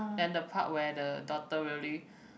then the part where the daughter really